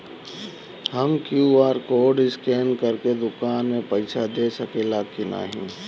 हम QR code scan करके दुकान में पईसा दे सकेला की नाहीं?